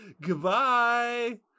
goodbye